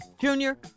Junior